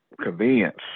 convenience